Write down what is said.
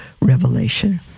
Revelation